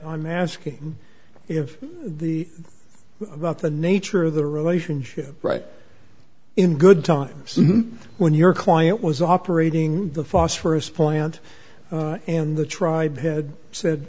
i'm asking if the about the nature of the relationship right in good times when your client was operating the phosphorous plant and the tribe had said